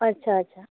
অঁ আচ্ছা আচ্ছা